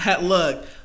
Look